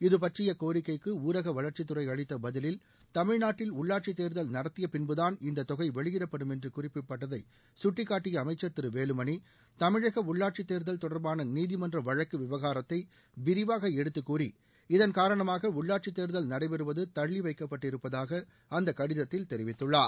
இதுபற்றிய கோரிக்கைக்கு ஊரக வளர்ச்சித் துறை அளித்த பதிவில் தமிழ்நாட்டில் உள்ளாட்சித் தேர்தல் நடத்திய பின்புதான் இந்த தொகை வெளியிடப்படும் என்று குறிப்பிடப்பட்டதை கட்டிக்காட்டிய அமைச்சர் திரு வேலுமணி தமிழக உள்ளாட்சித் தேர்தல் தொடர்பான நீதிமன்ற வழக்கு விவகாரத்தை விரிவாக எடுத்துக் தள்ளிவைக்கப்பட்டிருப்பதாக அந்த கடிதத்தில் தெரிவித்துள்ளார்